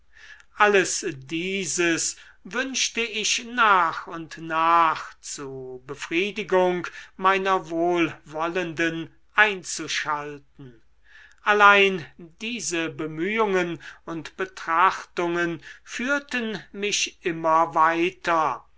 alles dieses wünschte ich nach und nach zu befriedigung meiner wohlwollenden einzuschalten allein diese bemühungen und betrachtungen führten mich immer weiter